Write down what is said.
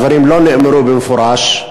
הדברים לא נאמרו במפורש,